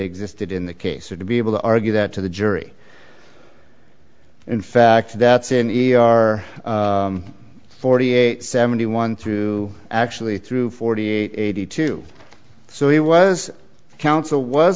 existed in the case or to be able to argue that to the jury in fact that siniora are forty eight seventy one through actually through forty eight eighty two so he was counsel was